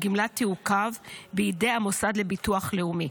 הגמלה תעוכב בידי המוסד לביטוח לאומי.